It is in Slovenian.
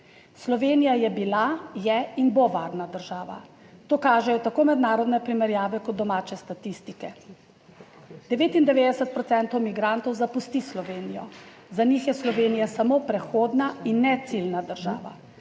Slovenija je bila, je in bo varna država; to kažejo tako mednarodne primerjave kot domače statistike. 99 % migrantov zapusti Slovenijo, za njih je Slovenija samo prehodna in ne ciljna država.